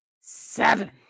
Seven